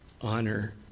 honor